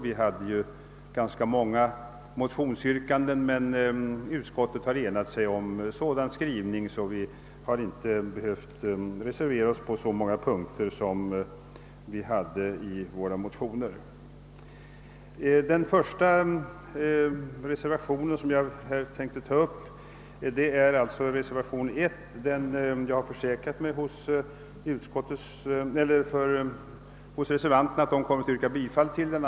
Det fanns ganska många motionsyrkanden men utskottet har enat sig om en sådan skrivning att vi inte behövt reservera oss på lika många punkter som tagits upp i våra motioner. Den första reservation jag tänker ta upp är reservation I. Jag har försäkrat mig om att reservanterna kommer att yrka bifall till den.